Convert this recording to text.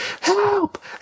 help